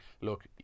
Look